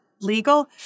Legal